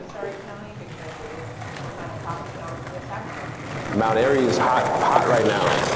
county because it's kind of popping, you know we're saturated here. mount airy is hot hot right now.